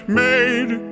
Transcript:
made